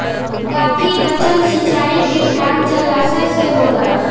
बाकी बचल सिंचाई के काम जलाशय से होला